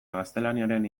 gaztelaniaren